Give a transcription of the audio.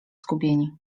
zgubieni